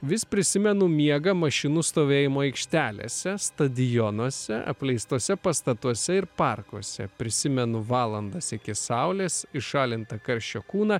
vis prisimenu miegą mašinų stovėjimo aikštelėse stadionuose apleistuose pastatuose ir parkuose prisimenu valandas iki saulės išalintą karščio kūną